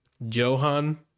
johan